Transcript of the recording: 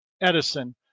Edison